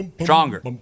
stronger